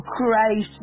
Christ